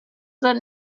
that